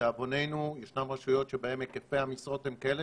לדאבוננו ישנן רשויות שבהן היקפי המשרות הם כאלה